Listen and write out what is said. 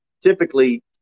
Typically